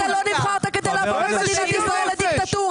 נבחרת כדי להפוך את מדינת ישראל לדיקטטורה.